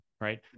Right